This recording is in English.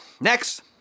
Next